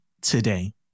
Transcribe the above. today